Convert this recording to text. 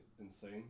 insane